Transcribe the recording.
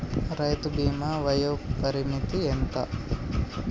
రైతు బీమా వయోపరిమితి ఎంత?